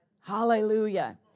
Hallelujah